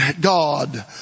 God